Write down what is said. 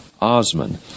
Osman